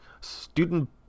student